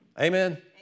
Amen